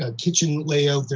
ah kitchen layout,